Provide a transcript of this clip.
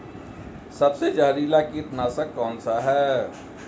सबसे जहरीला कीटनाशक कौन सा है?